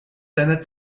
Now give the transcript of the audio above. deiner